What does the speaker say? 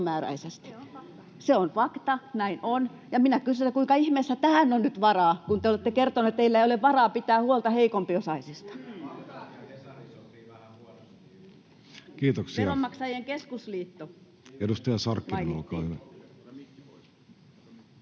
Se on fakta, näin on. — Ja minä kysyn, kuinka ihmeessä tähän on nyt varaa, kun te olette kertoneet, että teillä ei ole varaa pitää huolta heikompiosaisista. [Wille Rydman: Faktat ja